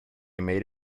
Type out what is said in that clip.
made